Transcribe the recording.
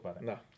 no